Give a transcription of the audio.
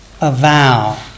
avow